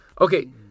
Okay